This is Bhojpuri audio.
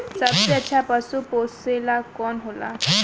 सबसे अच्छा पशु पोसेला कौन होला?